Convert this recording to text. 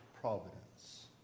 providence